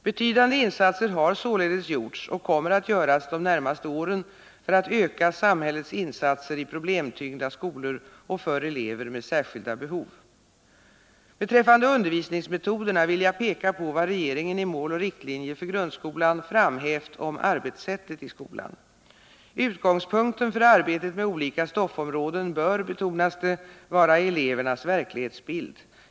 Betydande insatser har således gjorts och kommer att göras de närmaste åren för att öka samhällets insatser i problemtyngda skolor och för elever med särskilda behov. Beträffande undervisningsmetoderna vill jag peka på vad regeringen i Mål och riktlinjer för grundskolan framhävt om arbetssättet i skolan. Utgångspunkten för arbetet med olika stoffområden bör — betonas det — vara elevernas verklighetsbild.